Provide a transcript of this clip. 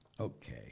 Okay